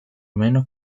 menos